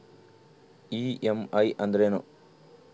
EMI ಅಂದ್ರೇನು?